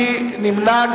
מי נמנע,